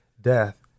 death